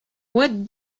what